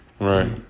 Right